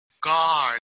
guard